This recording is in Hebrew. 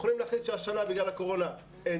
יכולים להחליט שהשנה בגלל הקורונה אין